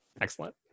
excellent